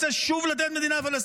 רוצה לתת שוב מדינה פלסטינית?